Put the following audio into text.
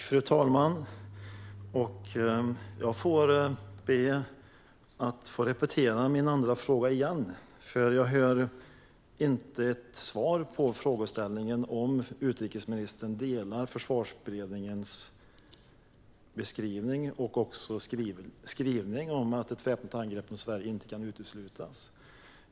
Fru talman! Jag ber att få repetera min andra fråga: Jag hör inte ett svar på frågeställningen om utrikesministern delar Försvarsberedningens beskrivning och skrivning om att ett väpnat angrepp mot Sverige inte kan uteslutas.